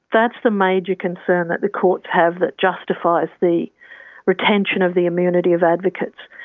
that's the major concern that the courts have that justifies the retention of the immunity of advocates.